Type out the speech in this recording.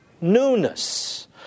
newness